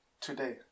today